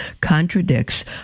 contradicts